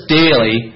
daily